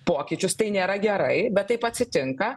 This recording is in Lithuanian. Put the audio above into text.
pokyčius tai nėra gerai bet taip atsitinka